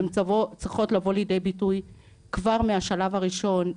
והן צריכות לבוא לידי ביטוי כבר מהשלב הראשון,